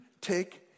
take